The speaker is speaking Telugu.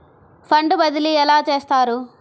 ఫండ్ బదిలీ ఎలా చేస్తారు?